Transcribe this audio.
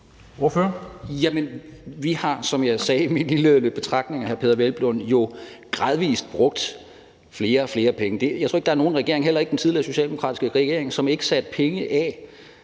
Vi har, som jeg sagde i min lille betragtning, hr. Peder Hvelplund, jo gradvis brugt flere og flere penge. Jeg tror ikke, der er nogen regering, heller ikke den tidligere socialdemokratiske regering, som ikke satte flere penge af